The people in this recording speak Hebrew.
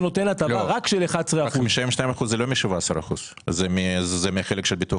יש לי חוסר ודאות בביטוח